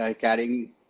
carrying